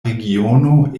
regiono